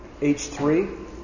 H3